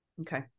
okay